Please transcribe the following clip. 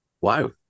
Wow